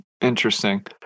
Interesting